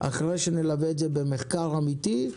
אחרי שנלווה את זה במחקר אמיתי,